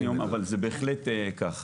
זה אכן ככה.